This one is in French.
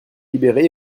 libérée